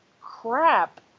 crap